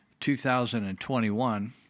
2021